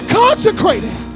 consecrated